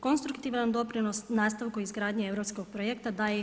Konstruktivan doprinos nastavku izgradnje europskog projekta daje i RH.